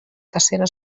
cacera